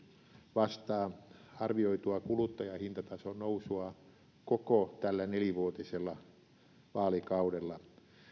vastaa arvioitua kuluttajahintatason nousua koko tällä nelivuotisella vaalikaudella